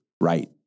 right